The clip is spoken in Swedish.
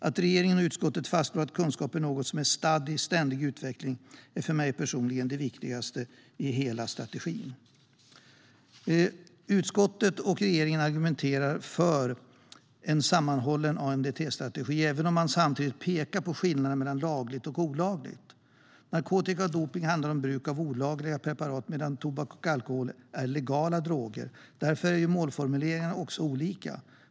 Att regeringen och utskottet fastslår att kunskap är stadd i ständig utveckling är för mig personligen det viktigaste i hela strategin. Utskottet och regeringen argumenterar för en sammanhållen ANDT-strategi, även om man samtidigt pekar på skillnaderna mellan lagligt och olagligt. Narkotika och dopning handlar om bruk av olagliga preparat, medan tobak och alkohol är legala droger. Därför är målformuleringarna också olika.